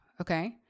Okay